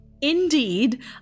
Indeed